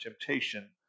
temptation